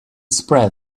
spread